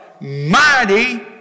mighty